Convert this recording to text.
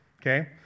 Okay